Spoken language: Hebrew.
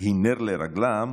היא נר לרגלם,